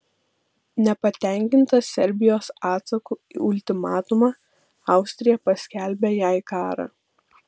nepatenkinta serbijos atsaku į ultimatumą austrija paskelbė jai karą